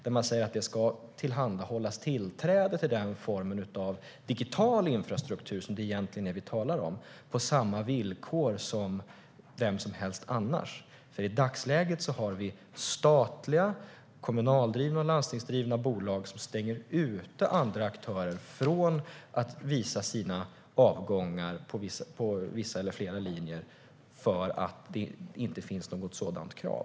Där säger man att det ska tillhandahållas tillträde till den formen av digital infrastruktur som vi egentligen talar om på samma villkor för vem som helst. I dagsläget har vi statliga, kommunaldrivna och landstingsdrivna bolag som stänger ute andra aktörer från att visa sina avgångar på vissa eller flera linjer för att det inte finns något sådant krav.